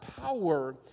power